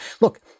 look